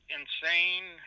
insane